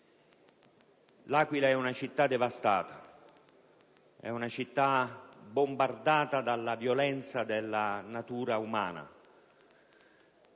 L'Aquila è una città devastata e bombardata dalla violenza della natura.